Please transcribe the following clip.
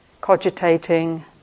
cogitating